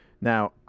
now